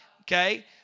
Okay